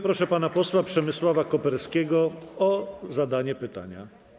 Proszę pana posła Przemysława Koperskiego o zadanie pytania.